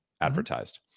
advertised